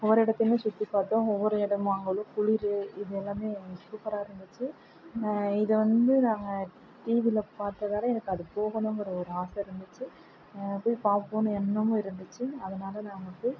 ஒவ்வொரு இடத்தையுமே சுற்றி பார்த்தோம் ஒவ்வொரு இடமும் அங்கே உள்ள குளிர் இது எல்லாமே அங்கே சூப்பராக இருந்துச்சு இதை வந்து நாங்கள் டிவியில் பார்த்ததால எனக்கு அது போகணுங்கிற ஒரு ஆசை இருந்துச்சு அங்கே போய் பார்க்கணும் எண்ணமும் இருந்துச்சு அதனாலே நாங்கள் போய்